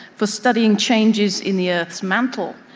for studying changes in the earth's mantle,